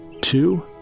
Two